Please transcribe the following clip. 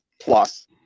plus